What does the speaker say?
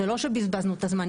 זה לא שבזבזנו את הזמן.